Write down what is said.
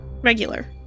Regular